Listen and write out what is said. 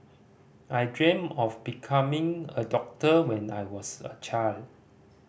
I dreamt of becoming a doctor when I was a child